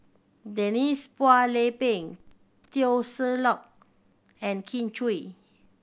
Denise Phua Lay Peng Teo Ser Luck and Kin Chui